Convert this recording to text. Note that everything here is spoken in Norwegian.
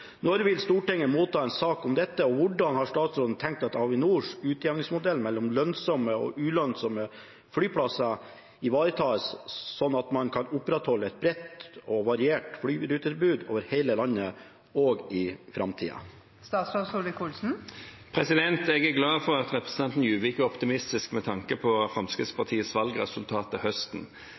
Når vil Stortinget motta en sak om dette, og hvordan har statsråden tenkt at Avinors utjevningsmodell mellom lønnsomme og ulønnsomme flyplasser ivaretas slik at man kan opprettholde et bredt og variert flyrutetilbud over hele landet også i fremtiden?» Jeg er glad for at representanten Juvik er optimistisk med tanke på Fremskrittspartiets valgresultat til høsten.